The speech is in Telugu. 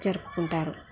జరుపుకుంటారు